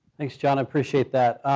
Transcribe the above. thanks, john. i appreciate that.